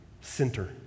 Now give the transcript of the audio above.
center